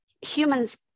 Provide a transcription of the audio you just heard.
humans